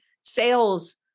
sales